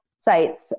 sites